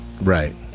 right